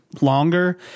longer